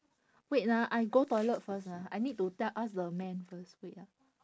wait ah I go toilet first ah I need to tell ask the man first wait ah